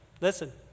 Listen